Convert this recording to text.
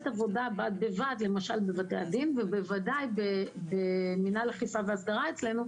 עבודה בד בבד למשל בבתי הדין ובוודאי במינהל אכיפה והסדרה אצלנו,